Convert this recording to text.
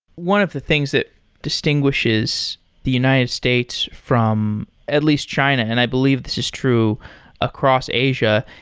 one of the things that distinguishes the united states from at least china, and i believe this is true across asia,